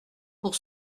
pour